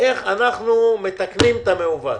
אנחנו מתקני את המעוות?